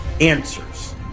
Answers